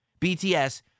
BTS